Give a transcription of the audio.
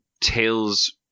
Tales